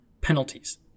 penalties